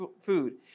food